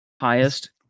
highest